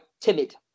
timid